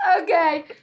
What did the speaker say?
Okay